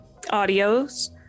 audios